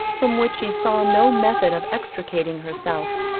from which she saw no method of extricating herself.